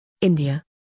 India